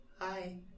hi